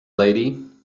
lady